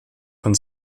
von